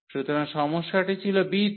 সুতরাং সমস্যাটি ছিল b তে